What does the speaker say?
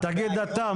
תגיד אתה,